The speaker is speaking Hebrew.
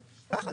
ככה,